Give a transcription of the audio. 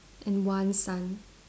and one sun